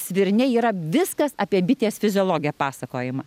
svirne yra viskas apie bitės fiziologiją pasakojimą